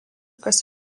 kas